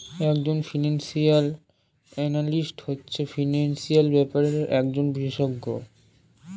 এক জন financial analyst হচ্ছে ফিনান্সিয়াল ব্যাপারের একজন বিশষজ্ঞ